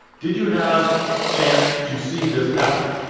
did you have chance to see this patent?